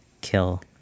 kill